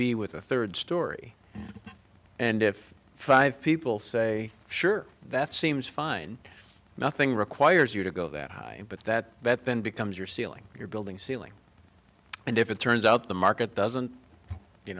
be with a third story and if five people say sure that seems fine nothing requires you to go that high but that that then becomes your ceiling you're building ceiling and if it turns out the market doesn't you